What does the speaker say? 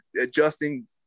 adjusting